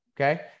Okay